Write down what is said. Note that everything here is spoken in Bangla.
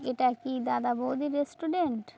এটা কি দাদা বৌদি রেস্টুরেন্ট